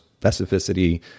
specificity